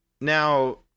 Now